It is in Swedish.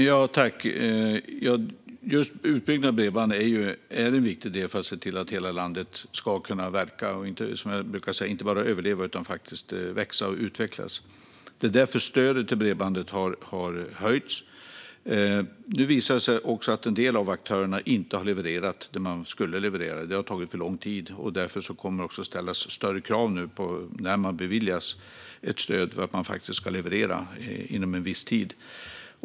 Fru talman! Just utbyggnad av bredband är en viktig del i att se till att hela landet kan verka och, som jag brukar säga, inte bara överleva utan också växa och utvecklas. Det är därför stödet till bredband har höjts. Nu visar det sig att en del av aktörerna inte har levererat vad de skulle. Det har tagit för lång tid, och därför kommer det nu att ställas högre krav när stöd beviljas på att man ska leverera inom en viss tid.